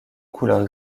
couleur